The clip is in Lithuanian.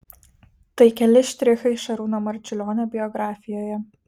tai keli štrichai šarūno marčiulionio biografijoje